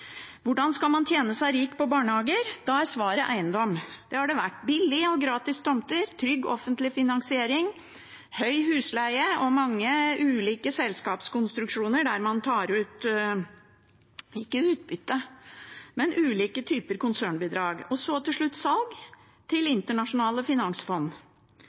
Hvordan skal man tjene seg rik på barnehager? Svaret er eiendom. Det har det vært: billige og gratis tomter, trygg, offentlig finansiering, høy husleie og mange ulike selskapskonstruksjoner der man ikke tar ut utbytte, men ulike typer konsernbidrag. Til slutt er det salg – til internasjonale finansfond.